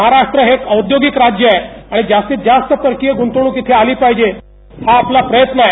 महाराष्ट्र हे औद्योगिक राज्य आहे आणि जास्तीत जास्त परकीय गुंतवणूक आली पाहिजे हा आपला प्रयत्न आहे